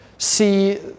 see